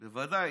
בוודאי.